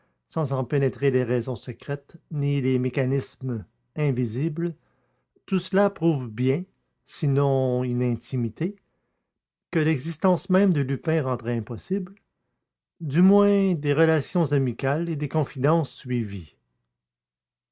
sans en pénétrer les raisons secrètes ni le mécanisme invisible tout cela prouve bien sinon une intimité que l'existence même de lupin rendrait impossible du moins des relations amicales et des confidences suivies